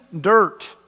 dirt